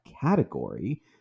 category